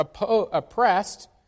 oppressed